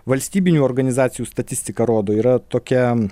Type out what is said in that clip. valstybinių organizacijų statistika rodo yra tokia